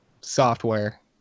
software